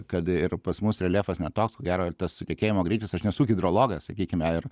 kad ir pas mus reljefas ne toks ko gero ir tas sukietėjimo greitis aš nesu hidrologas sakykime ir